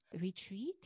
retreat